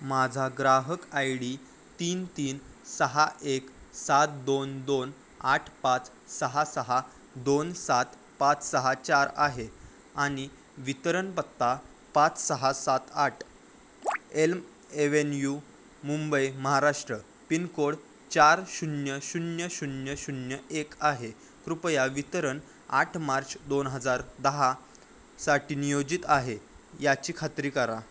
माझा ग्राहक I D तीन तीन सहा एक सात दोन दोन आठ पाच सहा सहा दोन सात पाच सहा चार आहे आणि वितरण पत्ता पाच सहा सात आठ elm avenue Mumbai Maharashtra pin code चार शून्य शून्य शून्य शून्य एक आहे कृपया वितरण आठ मार्च दोन हजार दहासाठी नियोजित आहे याची खात्री करा